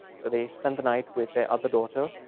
so they spend the night with their other daughter.